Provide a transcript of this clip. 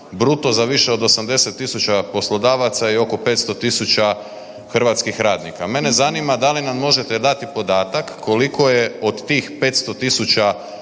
bruto za više od 80.000 poslodavaca i oko 500.000 hrvatskih radnika. Mene zanima da li nam možete dati podatak koliko je od tih 500.000